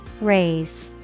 Raise